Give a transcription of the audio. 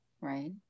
Right